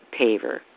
paver